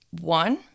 One